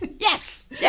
Yes